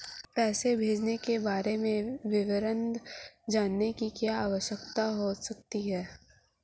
पैसे भेजने के बारे में विवरण जानने की क्या आवश्यकता होती है?